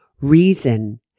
reason